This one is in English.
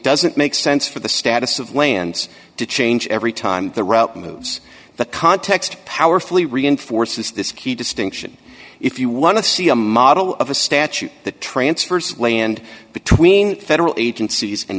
doesn't make sense for the status of lands to change every time the route moves that context powerfully reinforces this key distinction if you want to see a model of a statute that transfers land between federal agencies and